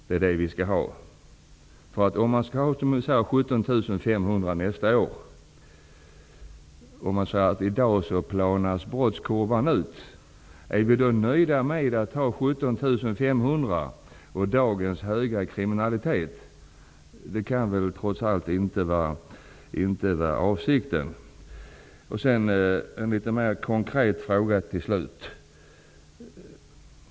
Man kan t.ex. säga att man skall ha 17 500 poliser nästa år. Brottskurvan kan plana ut. Är vi nöjda med att ha 17 500 poliser och dagens höga kriminalitet? Det kan trots allt inte vara avsikten. Jag har också en litet mer konkret fråga.